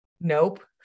Nope